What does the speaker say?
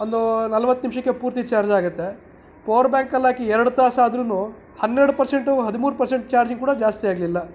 ಒಂದು ನಲ್ವತ್ತು ನಿಮಿಷಕ್ಕೆ ಪೂರ್ತಿ ಚಾರ್ಜ್ ಆಗುತ್ತೆ ಪವರ್ ಬ್ಯಾಂಕಲ್ಲಿ ಹಾಕಿ ಎರಡು ತಾಸು ಆದ್ರೂ ಹನ್ನೆರಡು ಪರ್ಸೆಂಟು ಹದಿಮೂರು ಪರ್ಸೆಂಟ್ ಚಾರ್ಜಿಂಗ್ ಕೂಡ ಜಾಸ್ತಿ ಆಗಲಿಲ್ಲ